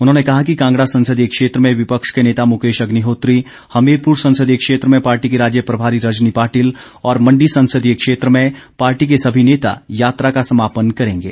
उन्होंने कहा कि कांगड़ा संसदीय क्षेत्र में विपक्ष के नेता मुकेश अग्निहोत्री हमीरपुर संसदीय क्षेत्र में पार्टी की राज्य प्रभारी रजनी पाटिल और मंडी संसदीय क्षेत्र में पार्टी के सभी नेता यात्रा का समापन करेंगे